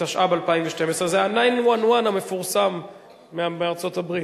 התשע"ב 2012. זה ה-911 המפורסם מארצות-הברית.